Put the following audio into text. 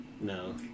No